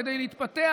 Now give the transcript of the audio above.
כדי להתפתח,